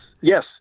Yes